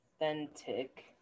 authentic